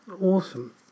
awesome